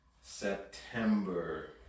September